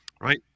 Right